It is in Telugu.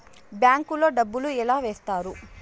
బ్యాంకు లో డబ్బులు ఎలా వేస్తారు